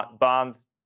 bonds